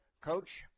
coach